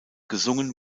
gesungen